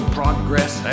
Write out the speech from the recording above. progress